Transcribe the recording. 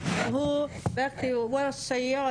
כי הוא היה מאחורי האוטו.